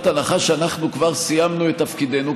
הנחה שאנחנו כבר סיימנו את תפקידנו,